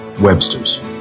Webster's